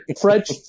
French